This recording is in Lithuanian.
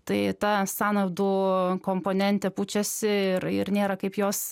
tai ta sąnaudų komponentė pučiasi ir ir nėra kaip jos